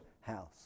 house